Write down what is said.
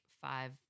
five